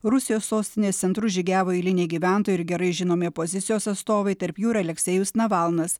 rusijos sostinės centru žygiavo eiliniai gyventojai ir gerai žinomi opozicijos atstovai tarp jų ir aleksejus navalnas